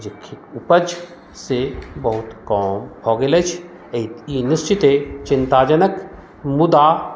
जे खे उपज से बहुत कम भऽ गेल अछि एहि ई निश्चिते चिन्ताजनक मुदा